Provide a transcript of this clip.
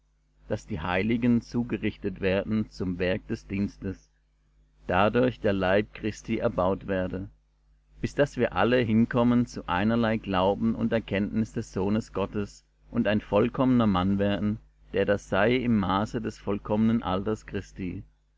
daß die heiligen zugerichtet werden zum werk des dienstes dadurch der leib christi erbaut werde bis daß wir alle hinkommen zu einerlei glauben und erkenntnis des sohnes gottes und ein vollkommener mann werden der da sei im maße des vollkommenen alters christi